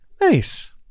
Nice